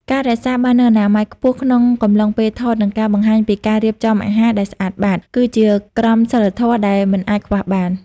ការរក្សាបាននូវអនាម័យខ្ពស់ក្នុងកំឡុងពេលថត និងការបង្ហាញពីការរៀបចំអាហារដែលស្អាតបាត គឺជាក្រមសីលធម៌ដែលមិនអាចខ្វះបាន។